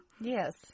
Yes